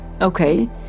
okay